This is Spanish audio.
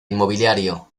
inmobiliario